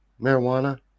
marijuana